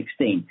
2016